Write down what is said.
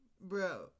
bro